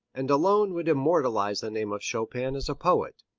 and alone would immortalize the name of chopin as a poet.